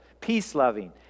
peace-loving